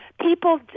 People